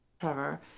Trevor